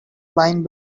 flying